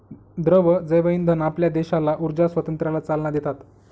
द्रव जैवइंधन आपल्या देशाला ऊर्जा स्वातंत्र्याला चालना देतात